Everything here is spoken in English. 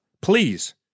Please